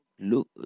Look